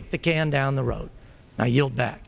kick the can and down the road now yield back